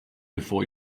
before